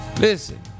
Listen